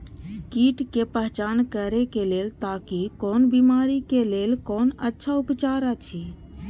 कीट के पहचान करे के लेल ताकि कोन बिमारी के लेल कोन अच्छा उपचार अछि?